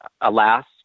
alas